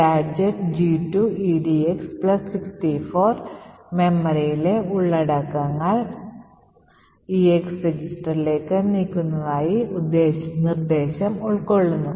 gadget G2 edx 64 മെമ്മറിയിലെ ഉള്ളടക്കങ്ങൾ eax രജിസ്റ്ററിലേക്ക് നീക്കുന്നതായ നിർദ്ദേശം ഉൾക്കൊള്ളുന്നു